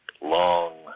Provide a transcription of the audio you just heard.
long